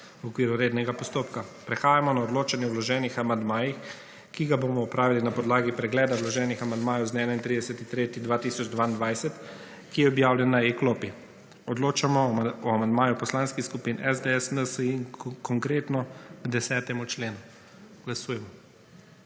v okviru rednega postopka. Prehajamo na odločanje o vloženih amandmajih, ki ga bomo opravili na podlagi pregled vloženih amandmajev z dne 31. 3. 2022, ki je objavljen na e-klopi. Odločamo o amandmaju Poslanskih skupin SDS, NSi in Konkretno k 10. členu. Glasujemo.